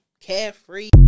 Carefree